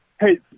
Hey